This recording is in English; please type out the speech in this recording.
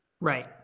Right